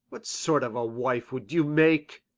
what sort of a wife would you make?